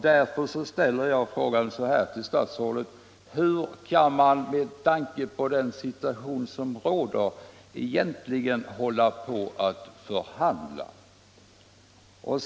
Därför vill jag ställa den frågan till statsrådet: Hur kan man, med tanke på den situation som råder, egentligen hålla på att förhandla så länge?